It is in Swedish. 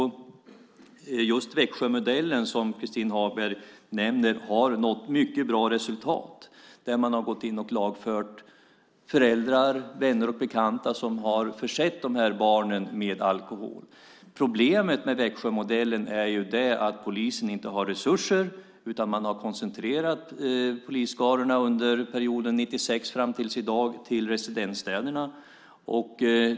Just Växjömodellen som Christin Hagberg nämner har nått mycket bra resultat. Man har gått in och lagfört föräldrar, vänner och bekanta som har försett barnen med alkohol. Problemet med Växjömodellen är dock att polisen inte har resurser, utan man har koncentrerat polisskarorna under perioden 1996 fram till i dag till residensstäderna.